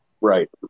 Right